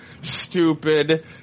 stupid